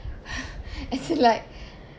as in like